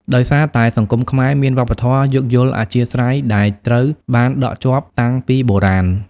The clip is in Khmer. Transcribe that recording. ដោយសារតែសង្គមខ្មែរមានវប្បធម៌យោគយល់អធ្យាស្រ័យដែលត្រូវបានដក់ជាប់តាំងពីបុរាណ។